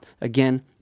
Again